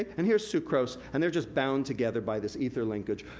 and here's sucrose, and they're just bound together by this ether linkage.